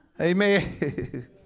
Amen